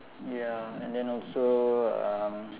ya and then also um